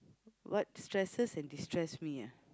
what stresses and destress me ah